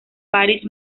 paris